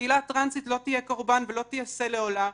הקהילה הטרנסית לא תהיה קורבן ולא תהיה שה לעולה.